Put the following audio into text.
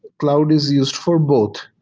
cloud is used for both.